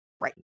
Right